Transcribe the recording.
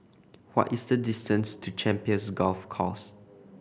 what is the distance to Champions Golf Course